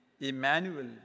Emmanuel